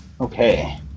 Okay